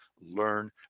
learn